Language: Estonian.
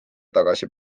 tagasi